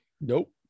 Nope